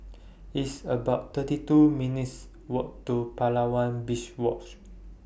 It's about thirty two minutes' Walk to Palawan Beach watch